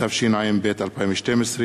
התשע"ב 2012,